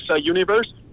universe